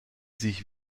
sich